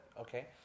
okay